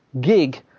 gig